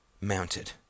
mounted